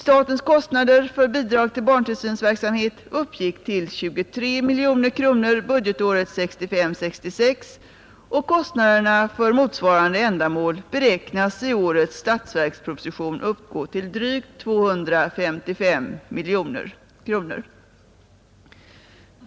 Statens kostnader för bidrag till barntillsynsverksamhet uppgick till 23 miljoner kronor budgetåret 1965/66, och kostnaderna för motsvarande ändamål beräknas i årets statsverksproposition uppgå till drygt 255 miljoner kronor.